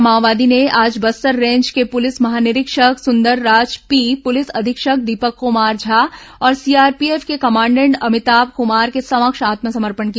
महिला माओवादी ने आज बस्तर रेंज के पुलिस महानिरीक्षक सुंदरराज पी पुलिस अधीक्षक दीपक कुमार झा और सीआरपीएफ के कमांडेंट अमिताभ कुमार के समक्ष आत्मसमर्पण किया